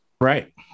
right